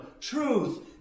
truth